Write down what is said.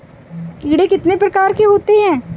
कीड़े कितने प्रकार के होते हैं?